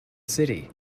city